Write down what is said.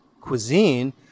Cuisine